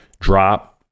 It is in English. drop